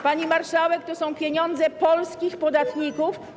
Pani marszałek, to są pieniądze polskich podatników.